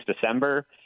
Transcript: December